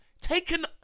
taken